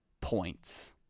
points